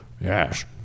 Yes